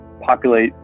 populate